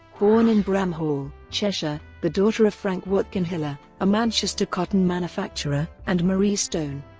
born in bramhall, cheshire, the daughter of frank watkin hiller, a manchester cotton manufacturer, and marie stone,